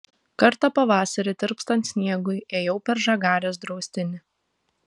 kartą pavasarį tirpstant sniegui ėjau per žagarės draustinį